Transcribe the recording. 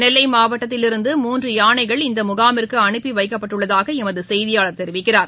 நெல்லை மாவட்டத்திலிருந்து மூன்று யானைகள் இந்த முகாமிற்கு அனுப்பி வைக்கப்பட்டுள்ளதாக எமது செய்தியாளர் தெரிவிக்கிறார்